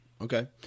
Okay